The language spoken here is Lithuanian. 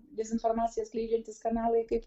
dezinformaciją skleidžiantys kanalai kaip